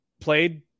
played